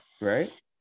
right